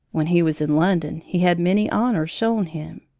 when he was in london, he had many honors shown him.